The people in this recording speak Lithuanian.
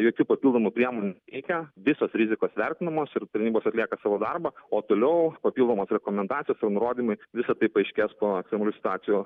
jokių papildomų priemonių reikia visos rizikos vertinamos ir tarnybos atlieka savo darbą o toliau papildomos rekomendacijos yra nurodymai visa tai paaiškės po ekstremalių situacijų